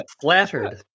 Flattered